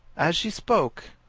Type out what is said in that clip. as she spoke,